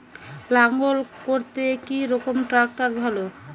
লাঙ্গল করতে কি রকম ট্রাকটার ভালো?